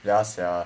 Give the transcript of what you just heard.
ya sia